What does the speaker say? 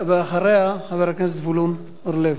ואחריה, חבר הכנסת זבולון אורלב.